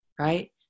right